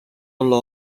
olla